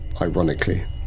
ironically